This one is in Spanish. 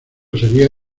sería